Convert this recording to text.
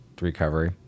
recovery